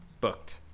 Booked